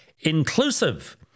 inclusive